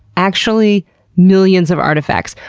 actually millions of artifacts.